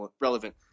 relevant